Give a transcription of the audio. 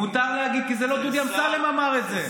מותר להגיד, כי זה לא דודי אמסלם אמר את זה.